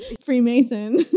Freemason